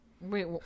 Wait